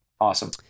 awesome